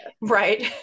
right